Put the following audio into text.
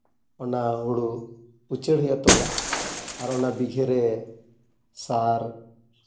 ᱚᱱᱟ ᱦᱩᱲᱩ ᱩᱪᱟᱹᱲ ᱦᱩᱭᱩᱜᱼᱟ ᱛᱚᱞᱟ ᱟᱨ ᱚᱱᱟ ᱵᱤᱜᱷᱟᱹᱨᱮ ᱥᱟᱨ